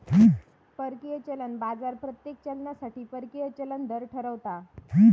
परकीय चलन बाजार प्रत्येक चलनासाठी परकीय चलन दर ठरवता